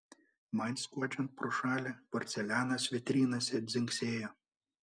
man skuodžiant pro šalį porcelianas vitrinose dzingsėjo